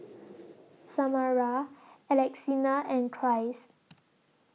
Samara Alexina and Christ